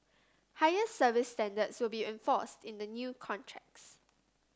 higher service standards will be enforced in the new contracts